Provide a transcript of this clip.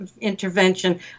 intervention